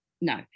no